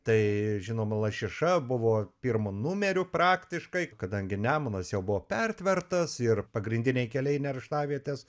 tai žinoma lašiša buvo pirmu numeriu praktiškai kadangi nemunas jau buvo pertvertas ir pagrindiniai keliai nerštavietės